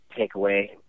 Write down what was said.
takeaway